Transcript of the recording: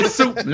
soup